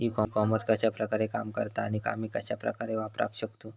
E commerce कश्या प्रकारे काम करता आणि आमी कश्या प्रकारे वापराक शकतू?